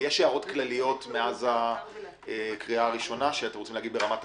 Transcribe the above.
יש הערות כלליות מאז הקריאה הראשונה ברמה הכללית?